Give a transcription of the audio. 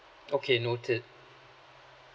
okay noted